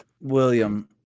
William